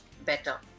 Better